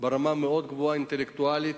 ברמה מאוד גבוהה אינטלקטואלית.